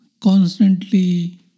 constantly